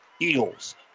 Eagles